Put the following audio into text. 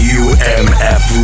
umf